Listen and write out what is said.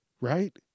right